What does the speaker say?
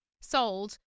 sold